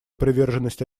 приверженность